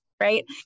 right